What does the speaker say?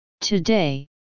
Today